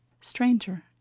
Stranger